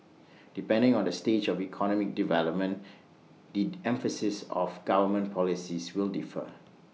depending on the stage of economic development the emphasis of government policies will differ